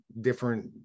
different